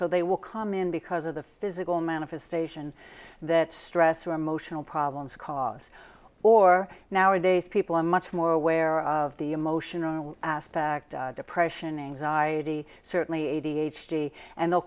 so they will come in because of the physical manifestation that stress or emotional problems cause or nowadays people are much more aware of the emotional aspect depression anxiety certainly a d h d and the